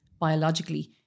biologically